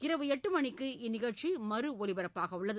இரவு எட்டுமணிக்கு இந்நிகழ்ச்சி மறு ஒலிபரப்பாகவுள்ளது